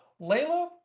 Layla